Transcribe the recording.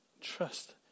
trust